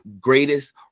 Greatest